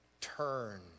Turn